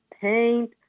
paint